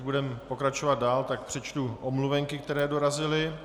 Než budeme pokračovat dál, přečtu omluvenky, které dorazily.